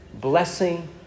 blessing